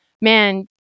man